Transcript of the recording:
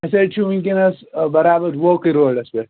أسۍ حظ چھِ وٕنۍکٮ۪نَس برابر ووکرِ روڈَس پٮ۪ٹھ